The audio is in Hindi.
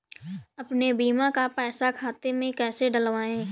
अपने बीमा का पैसा खाते में कैसे डलवाए?